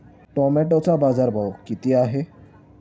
टोमॅटोचा बाजारभाव किती आहे?